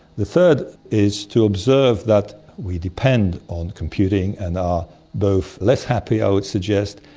the third is to observe that we depend on computing and are both less happy, i would suggest,